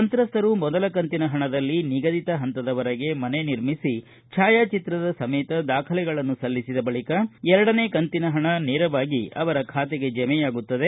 ಸಂತ್ರಸ್ತರು ಮೊದಲ ಕಂತಿನ ಹಣದಲ್ಲಿ ನಿಗದಿತ ಹಂತದವರೆಗೆ ಮನೆ ನಿರ್ಮಿಸಿ ಛಾಯಾಚಿತ್ರದ ಸಮೇತ ದಾಖಲೆಗಳನ್ನು ಸಲ್ಲಿಸಿದ ಬಳಿಕ ಎರಡನೇ ಕಂತಿನ ಹಣ ನೇರವಾಗಿ ಅವರ ಖಾತೆಗೆ ಜಮೆಯಾಗುತ್ತದೆ